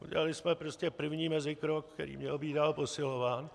Udělali jsme prostě první mezikrok, který měl být dál posilován.